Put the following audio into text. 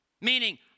meaning